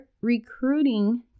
recruiting